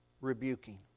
rebuking